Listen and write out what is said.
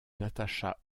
natasha